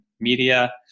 Media